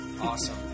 Awesome